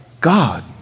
God